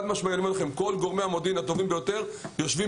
כל גורמי המודיעין הטובים ביותר יושבים